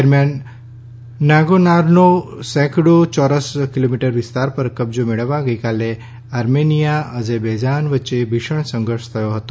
દરમિયાન નાગોર્નોના સેંકડો ચોરસ કિલોમીટર વિસ્તાર પર કબજો મેળવવા ગઈકાલે આર્મેનિયા અઝરબૈજાન વચ્ચે ભીષણ સંઘર્ષ થયો હતો